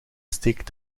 steekt